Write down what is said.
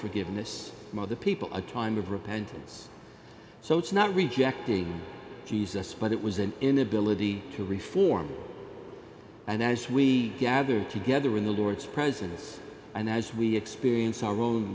forgiveness from other people a time of repentance so it's not rejecting jesus but it was an inability to reform and as we gather together in the lord's presence and as we experience our own